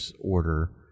order